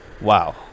Wow